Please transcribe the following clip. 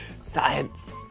Science